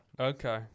okay